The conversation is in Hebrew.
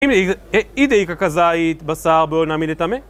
איזה יקר כזה היית בשר בנמילי תמי?